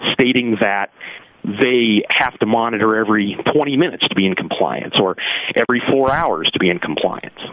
stating that they have to monitor every twenty minutes to be in compliance or every four hours to be in compliance